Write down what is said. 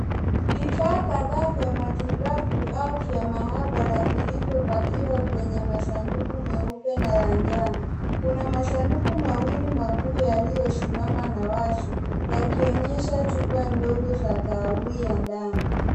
Vifaa kadhaa vya matibabu au vya maabara vilivyopakiwa kwenye masanduku meupe na ya njano. Kuna masanduku mawili makuu yaliyosimama na wazi yakionyesha chupa ndogo za kahawia ndani.